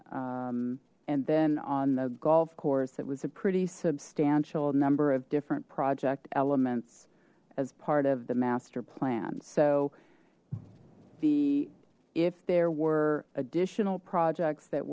and and then on the golf course that was a pretty substantial number of different project elements as part of the master plan so the if there were additional projects that